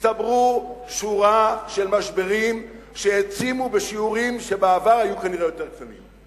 הצטברו שורה של משברים שהעצימו בשיעורים שבעבר היו כנראה יותר קטנים.